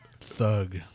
Thug